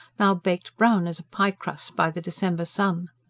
now baked brown as a piecrust by the december sun.